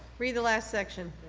read the last section.